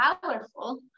powerful